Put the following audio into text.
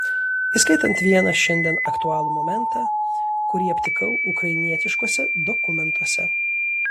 įskaitant vieną šiandien aktualų momentą kurį aptikau ukrainietiškuose dokumentuose